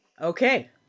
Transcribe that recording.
Okay